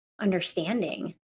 understanding